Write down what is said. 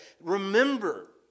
remember